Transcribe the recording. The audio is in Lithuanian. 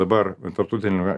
dabar tarptautiniame